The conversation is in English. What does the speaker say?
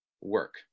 work